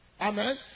Amen